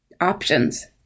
options